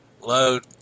load